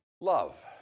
love